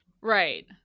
Right